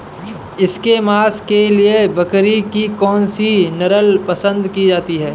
इसके मांस के लिए बकरी की कौन सी नस्ल पसंद की जाती है?